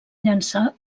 llançar